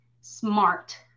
smart